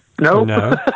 No